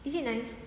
is it nice